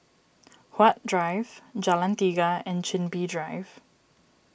Huat Drive Jalan Tiga and Chin Bee Drive